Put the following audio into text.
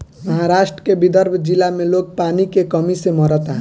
महाराष्ट्र के विदर्भ जिला में लोग पानी के कमी से मरता